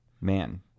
Man